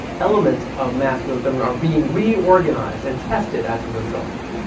elements of masculine, feminine are being reorganized and tested as a result.